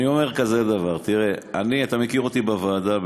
אתה מכיר אותי בוועדה,